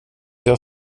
jag